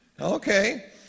Okay